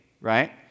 right